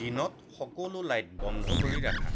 দিনত সকলো লাইট বন্ধ কৰি ৰাখা